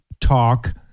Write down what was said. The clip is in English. talk